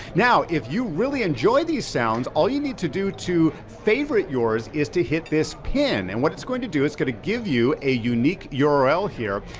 now, if you really enjoy these sounds, all you need to do to favorite yours is to hit this pin and what it's going to do, it's gonna give you a unique url here.